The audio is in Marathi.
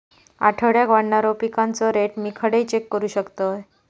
आठवड्याक वाढणारो पिकांचो रेट मी खडे चेक करू शकतय?